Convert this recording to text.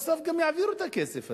בסוף גם יעבירו את הכסף הזה,